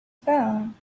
phone